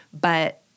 But-